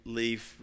leave